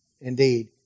indeed